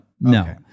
no